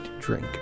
drink